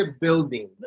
building